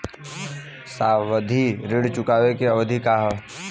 सावधि ऋण चुकावे के अवधि का ह?